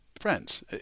Friends